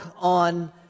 on